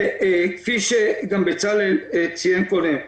כפי שבצלאל ציין קודם,